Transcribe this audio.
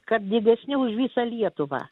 kad didesni už visą lietuvą